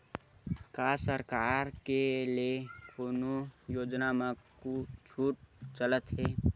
का सरकार के ले कोनो योजना म छुट चलत हे?